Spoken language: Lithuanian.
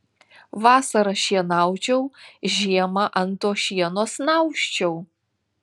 vasarą šienaučiau žiemą ant to šieno snausčiau